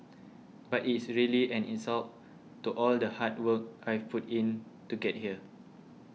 but it is really an insult to all the hard work I've put in to get here